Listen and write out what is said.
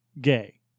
gay